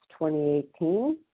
2018